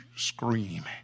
scream